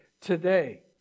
today